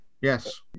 Yes